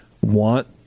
want